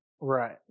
right